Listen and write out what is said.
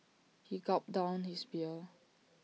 he gulped down his beer